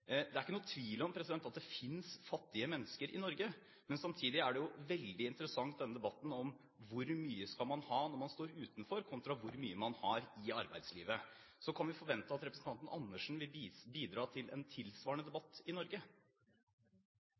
Det er ingen tvil om at det finnes fattige mennesker i Norge, men samtidig er det veldig interessant med denne debatten om hvor mye man skal ha når man står utenfor arbeidslivet, kontra hvor mye man har i arbeidslivet. Kan vi forvente at representanten Andersen vil bidra til en tilsvarende debatt i Norge?